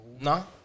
No